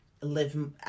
live